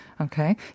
Okay